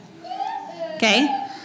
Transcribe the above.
Okay